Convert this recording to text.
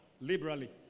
liberally